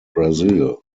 brazil